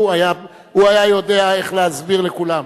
הוא היה יודע איך להסביר לכולם.